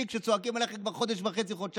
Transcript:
כשצועקים אליכם כבר חודש וחצי-חודשיים.